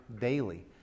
daily